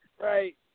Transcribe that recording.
Right